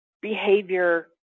behavior